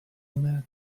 man